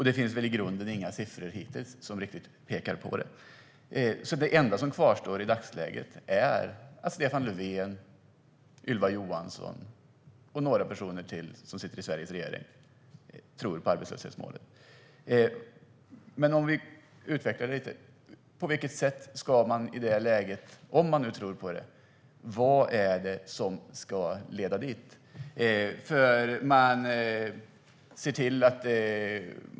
Det finns hittills inga siffror som pekar på det. De enda som kvarstår i dagsläget och som tror på arbetslöshetsmålet är Stefan Löfven, Ylva Johansson och några ytterligare personer i Sveriges regering. Om man nu tror på detta, vad är det som ska leda fram till målet?